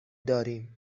داریم